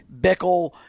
Bickle